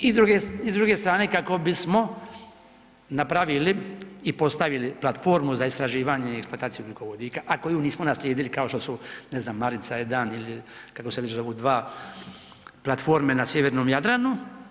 I s druge strane, kako bismo napravili i postavili platformu za istraživanje i eksploataciju ugljikovodika, a koju nismo naslijedili kao što su, ne znam, Marica 1 ili kako se već zovu, 2, platforme na sjevernom Jadranu.